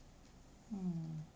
mm